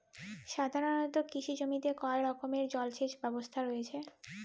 সাধারণত কৃষি জমিতে কয় রকমের জল সেচ ব্যবস্থা রয়েছে?